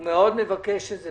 הוא מאוד מבקש את זה.